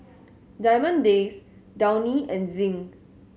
Diamond Days Downy and Zinc